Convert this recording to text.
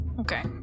Okay